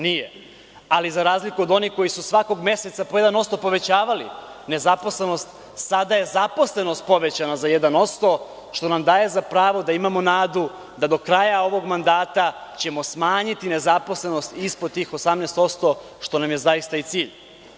Nije, ali za razliku od onih koji su svakog meseca po 1% povećavali nezaposlenost, sada je zaposlenost povećana za 1%, što nam daje za pravo da imamo nadu da ćemo do kraja ovog mandata smanjiti nezaposlenost ispod tih 18%, što nam je i cilj.